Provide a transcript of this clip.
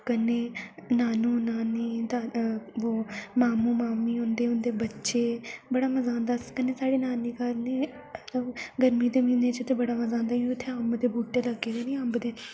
कन्नै नानु नानी दा बो मामु मामी होंदे उं'दे बच्चे बड़ा मजा आंदा कन्नै स्हाड़े नानी घर नी ओह् गर्मी दे म्हीने च उत्थै बड़ा मजा आंदा कि के उत्थै अम्ब दे बूह्टे लग्गे दे नी अम्ब दे